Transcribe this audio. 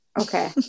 okay